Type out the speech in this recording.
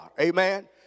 amen